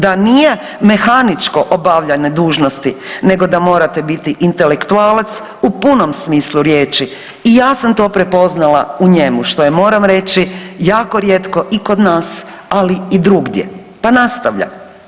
Da nije mehaničko obavljanje dužnosti, nego da morate biti intelektualac u punom smislu riječi i ja sam to prepoznala u njemu, što je, moram reći, jako rijetko i kod nas, ali i drugdje, pa nastavlja.